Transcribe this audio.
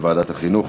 לוועדת החינוך.